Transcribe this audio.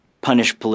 punish